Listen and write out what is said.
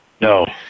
No